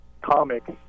comics